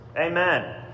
Amen